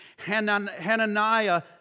Hananiah